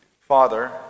Father